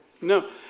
No